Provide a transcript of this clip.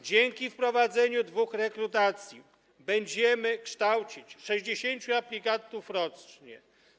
Dzięki wprowadzeniu dwóch rekrutacji będziemy kształcić 60 aplikantów rocznie.